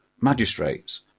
magistrates